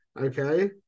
okay